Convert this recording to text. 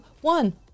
one